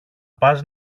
πας